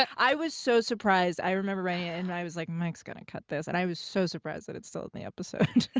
i was so surprised. i remember writing it, and i was like, mike's gonna cut this. and i was so surprised that it's still in the episode.